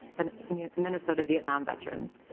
and minnesota vietnam veterans.